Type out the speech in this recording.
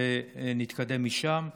ונתקדם משם.